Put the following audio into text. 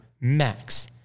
Max